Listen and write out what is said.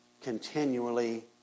continually